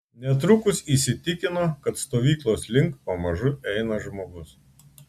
netrukus įsitikino kad stovyklos link pamažu eina žmogus